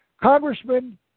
Congressman